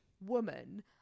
woman